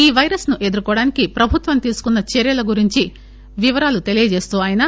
ఈ వైరస్ ను ఎదుర్కోవడానికి ప్రభుత్వం తీసుకున్న చర్యలను గురించిన వివరాలను తెలుపుతూ ఆయన